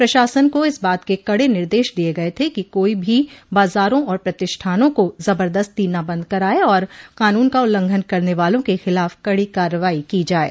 प्रशासन को इस बात के कड़े निर्देश दिये गये थे कि कोई भी बाजारों और प्रतिष्ठानों को जबरदस्ती न बंद कराये और कानून का उल्लंघन करने वालों के खिलाफ कड़ी कार्रवाई की जाये